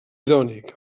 irònic